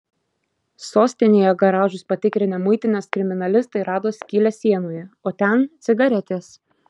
sostinėje garažus patikrinę muitinės kriminalistai rado skylę sienoje o ten cigaretės